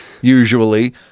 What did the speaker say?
usually